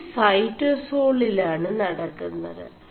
ഇത് ൈസോേസാളിൽ ആണ് നട ുMത്